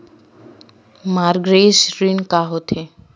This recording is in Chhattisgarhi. मॉर्गेज ऋण का होथे?